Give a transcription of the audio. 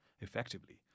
effectively